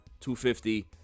250